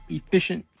efficient